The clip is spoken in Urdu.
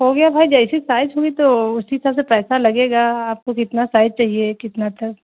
ہو گیا بھائی جیسی سائز ہوگئی تو اسی حساب سے پیسہ لگے گا آپ کو کتنا سائز چاہیے کتنا تک